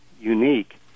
unique